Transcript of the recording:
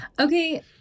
Okay